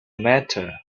matter